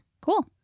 Cool